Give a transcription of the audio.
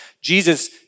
Jesus